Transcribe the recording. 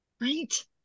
Right